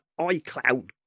iCloud